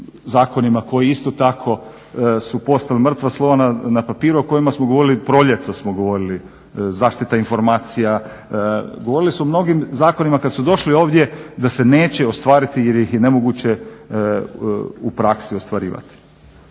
zakonima koji isto tako su postali mrtva slova na papiru o kojima smo govorili, proljetos smo govorili zaštita informacija. Govorili smo o mnogim zakonima kad su došli ovdje da se neće ostvariti jer ih je nemoguće u praksi ostvarivati.